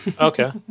Okay